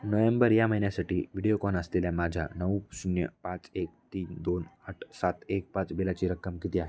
November या महिन्यासाठी व्हिडिओकॉन असलेल्या माझ्या नऊ शून्य पाच एक तीन दोन आठ सात एक पाच बिलाची रक्कम किती आहे